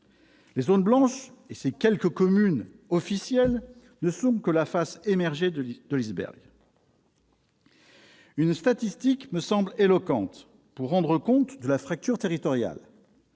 Les zones blanches et ces quelques communes officielles ne sont que la face émergée de l'iceberg. Une statistique me semble éloquente pour rendre compte de la fracture territoriale.